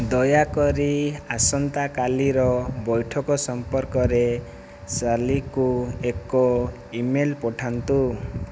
ଦୟାକରି ଆସନ୍ତାକାଲିର ବୈଠକ ସମ୍ପର୍କରେ ସାଲିକୁ ଏକ ଇମେଲ୍ ପଠାନ୍ତୁ